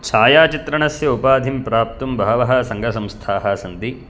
छायाचित्रणस्य उपाधिं प्राप्तुं बहवः सङ्घसंस्थाः सन्ति